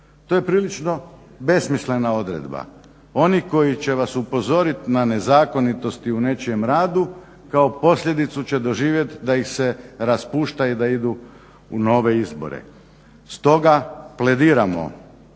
To je prilično besmislena odredba. Oni koji će vas upozorit na nezakonitosti u nečijem radu kao posljedicu će doživjet da ih se raspušta i da idu u nove izbore. Stoga plediramo